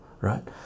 right